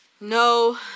No